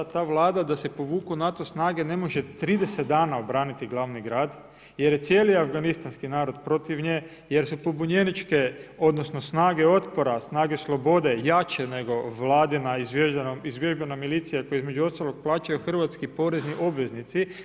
Ta Vlada da se povuku NATO snage ne može 30 dana obraniti glavni grad, jer je cijeli afganistanski narod protiv nje, jer su pobunjeničke, odnosno snage otpora, snage slobode jače nego Vladina izvježbana milicija koju između ostalog plaćaju hrvatski porezni obveznici.